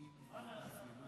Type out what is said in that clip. אדוני